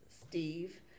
Steve